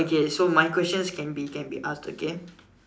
okay so my questions can be can be asked okay